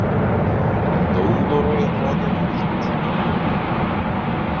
daunorui atrodė kad užduočių per daug